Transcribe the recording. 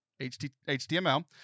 HTML